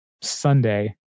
Sunday